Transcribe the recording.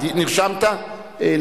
ה-Brown fields.